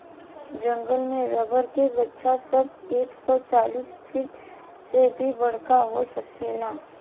जंगल में रबर के गाछ सब एक सौ चालीस फिट से भी बड़का हो सकेला